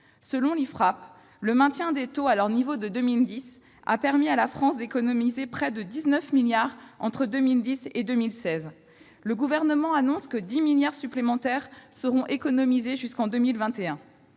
l'Ifrap, le maintien des taux à leur niveau de 2010 a permis à la France d'économiser près de 19 milliards d'euros entre 2010 et 2016 ; le Gouvernement annonce que 10 milliards d'euros supplémentaires seront économisés jusqu'en 2021.